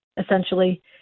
essentially